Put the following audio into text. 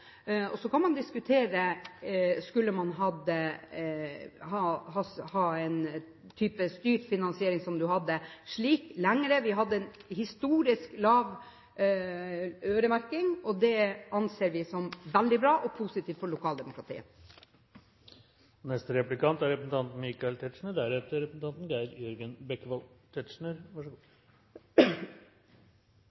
godt. Så kan man diskutere: Skulle man hatt en type styrt finansiering som en hadde, lenger? Vi hadde en historisk lav øremerking, og det anser vi som veldig bra og positivt for lokaldemokratiet. Representanten Ingalill Olsen avsluttet sitt innlegg med et Augustin-sitat. Jeg synes det er